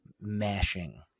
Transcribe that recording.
mashing